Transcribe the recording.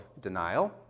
denial